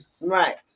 Right